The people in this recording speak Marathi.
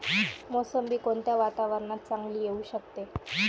मोसंबी कोणत्या वातावरणात चांगली येऊ शकते?